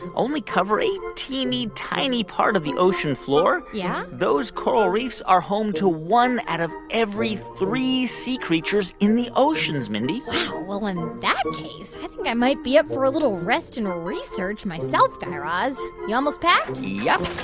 only cover a teeny, tiny part of the ocean floor. yeah. those coral reefs are home to one out of every three sea creatures in the oceans, mindy wow, well, in that case, i think i might be up for a little rest and research myself, guy raz. you almost packed? yup,